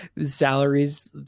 Salaries